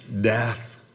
death